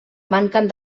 manquen